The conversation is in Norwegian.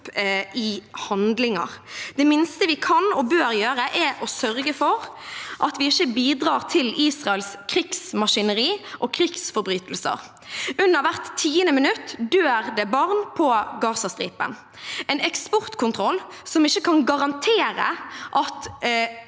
Det minste vi kan og bør gjøre, er å sørge for at vi ikke bidrar til Israels krigsmaskineri og krigsforbrytelser. Under hvert tiende minutt dør det barn på Gazastripen. En eksportkontroll som ikke kan garantere at